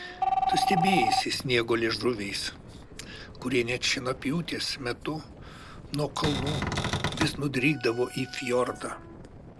tu stebėjaisi sniego liežuviais kurie net šienapjūtės metu nuo kalnų vis nudrykdavo į fjordą